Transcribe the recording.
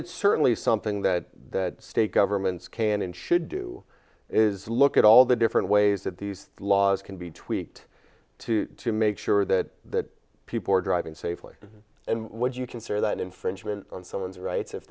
it's certainly something that the state governments can and should do is look at all the different ways that these laws can be tweaked to to make sure that that people are driving safely and what do you consider that infringement on someone's rights if